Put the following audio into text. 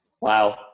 Wow